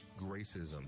Gracism